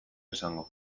esango